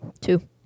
two